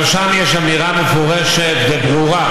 גם שם יש אמירה מפורשת וברורה,